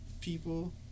People